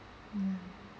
ya